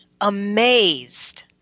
amazed